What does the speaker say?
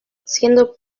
siendo